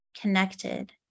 connected